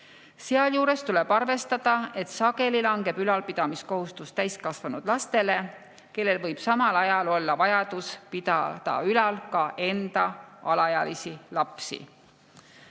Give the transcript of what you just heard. Sealjuures tuleb arvestada, et sageli langeb ülalpidamiskohustus täiskasvanud lastele, kellel võib samal ajal olla vajadus pidada ülal ka enda alaealisi lapsi."